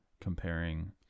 comparing